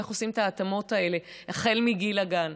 ואיך עושים את ההתאמות האלה החל מגיל הגן.